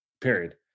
Period